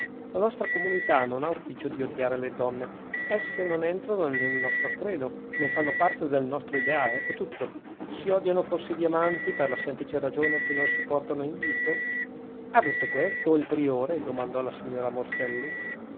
la nostra comunità non ha ufficio di odiare le donne esse non entrano nel nostro credo non fanno parte del nostro ideale ecco tutto si odiano forse i diamanti per la semplice ragione che non si portano in dito ha detto questo il priore domandò la signora morselli